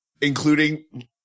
including